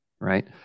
right